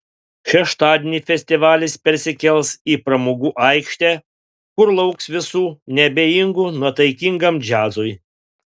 šeštadienį festivalis persikels į pramogų aikštę kur lauks visų neabejingų nuotaikingam džiazui